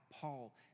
Paul